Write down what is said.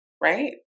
right